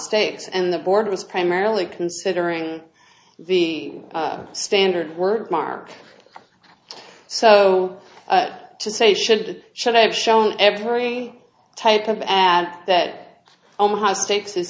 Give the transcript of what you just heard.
steaks and the board was primarily considering the standard word mark so to say should should i have shown every type of and that omaha steaks i